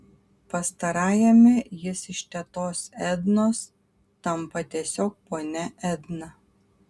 pastarajame jis iš tetos ednos tampa tiesiog ponia edna